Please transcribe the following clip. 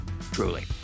Truly